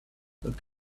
look